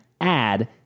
add